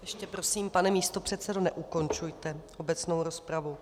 Ještě prosím, pane místopředsedo, neukončujte obecnou rozpravu.